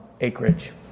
acreage